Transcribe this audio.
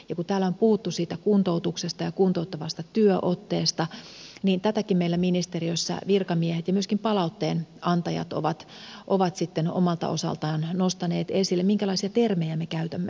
kun täällä on puhuttu siitä kuntoutuksesta ja kuntouttavasta työotteesta niin tätäkin meillä ministeriössä virkamiehet ja myöskin palautteen antajat ovat omalta osaltaan nostaneet esille että minkälaisia termejä me käytämme